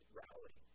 rally